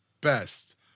best